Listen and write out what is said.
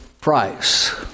price